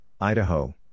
Idaho